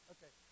Okay